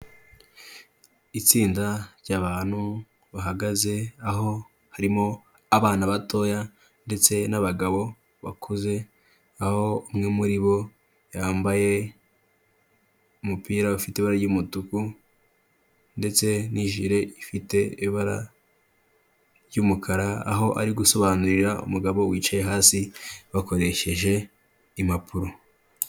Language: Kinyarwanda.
Itsinda ry'abantu bahagaze, aho harimo abana batoya ndetse n'abagabo bakuze, aho umwe muri bo yambaye umupira ufite ibara ry'umutuku, ndetse n'ijire ifite ibara ry'umukara, aho ari gusobanurira umugabo wicaye hasi bakoresheje impapuro.